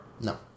No